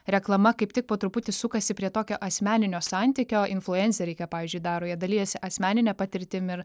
reklama kaip tik po truputį sukasi prie tokio asmeninio santykio influenceriai ką pavyzdžiui daro jie dalijasi asmenine patirtim ir